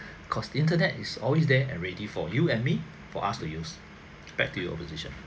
because internet is always there and ready for you and me for us to use back to you opposition